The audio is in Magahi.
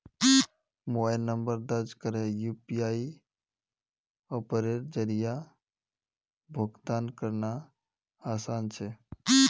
मोबाइल नंबर दर्ज करे यू.पी.आई अप्पेर जरिया भुगतान करना आसान छे